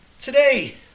today